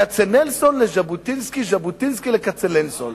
כצנלסון לז'בוטינסקי, ז'בוטינסקי לכצנלסון,